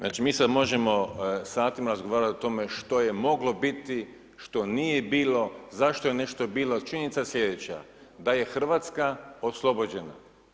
Znači mi sad možemo satima razgovarati o tome što je moglo biti, što nije bilo, zašto je nešto bilo ali činjenica je slijedeća, da je Hrvatska oslobođena.